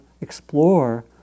explore